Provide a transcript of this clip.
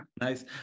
Nice